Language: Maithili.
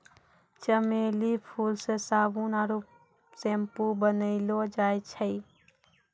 चमेली फूल से साबुन आरु सैम्पू बनैलो जाय छै